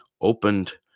opened